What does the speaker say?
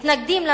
מתנגדים,